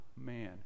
man